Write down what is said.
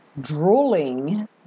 drooling